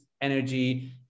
energy